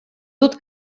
dut